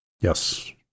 Yes